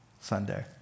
Sunday